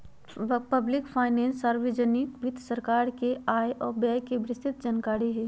public finance सार्वजनिक वित्त सरकार के आय व व्यय के विस्तृतजानकारी हई